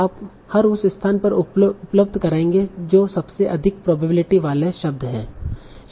आप हर उस स्थान पर उपलब्ध कराएंगे जो सबसे अधिक प्रोबेबिलिटी वाला शब्द है